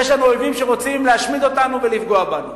יש לנו אויבים שרוצים להשמיד אותנו ולפגוע בנו.